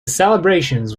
celebrations